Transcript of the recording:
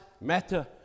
matter